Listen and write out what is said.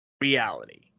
reality